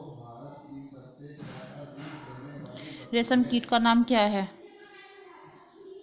रेशम कीट का नाम क्या है?